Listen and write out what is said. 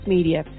Media